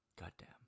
Goddamn